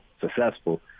successful